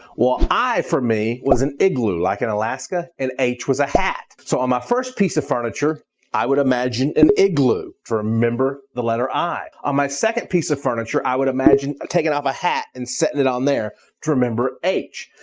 well i for me was an igloo, like in alaska, and h was a hat. so on my first piece of furniture i would imagine an igloo to remember the letter i. on my second piece of furniture, i would imagine taking off a hat and setting it on there to remember h.